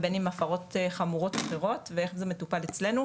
ובין אם תלונה על הפרות חמורות אחרות ואיך זה מטופל אצלינו.